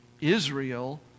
Israel